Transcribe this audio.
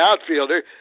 outfielder